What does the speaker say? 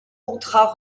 contrats